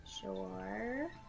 Sure